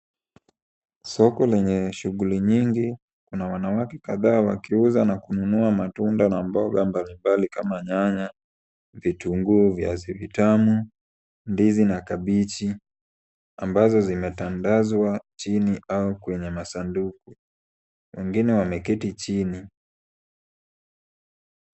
Soko lenye shughuli nyingi. Kuna wanawake kadhaa wakiuza na kununua matunda na mboga mbalimbali kama nyanya, vitunguu, viazi vitamu, ndizi na kabichi ambazo zimetandazwa chini au kwenye masanduku. Wengine wameketi chini.